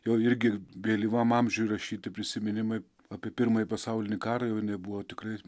jau irgi vėlyvam amžiui rašyti prisiminimai apie pirmąjį pasaulinį karą jau jinai buvo tikrai